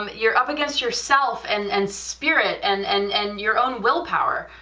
um you're up against yourself and and spirit and and and your own will power,